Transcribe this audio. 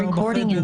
מכיוון שרבים